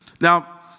Now